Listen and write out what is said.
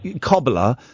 cobbler